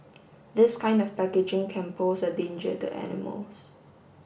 this kind of packaging can pose a danger to animals